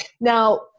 Now